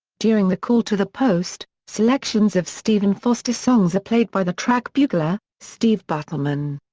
during the call to the post, selections of stephen foster songs are played by the track bugler, steve buttleman.